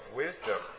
wisdom